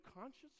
conscious